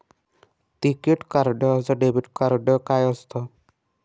टिकीत कार्ड अस debit card काय असत?